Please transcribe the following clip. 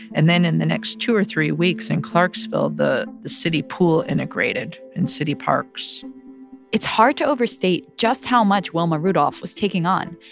and then in the next two or three weeks, in and clarksville, the the city pool integrated and city parks it's hard to overstate just how much wilma rudolph was taking on.